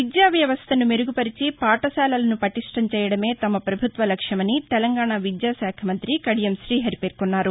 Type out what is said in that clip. విద్యావ్యవస్థను మెరుగుపరిచి పాఠశాలలను పటిష్ణం చేయదమే తమ పభుత్వ లక్ష్యమని న్న తెలంగాణ విద్యాశాఖమంతి కడియం శీహరి పేర్కొన్నారు